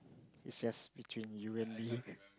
it just between you and me